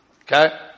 Okay